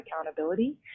accountability